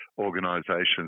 organisations